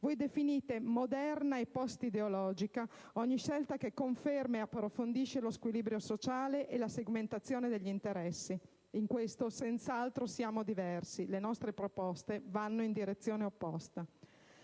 Voi definite «moderna e postideologica» ogni scelta che confermi e approfondisca lo squilibrio sociale e la segmentazione degli interessi. In questo senz'altro siamo diversi, perché le nostre proposte vanno in direzione opposta.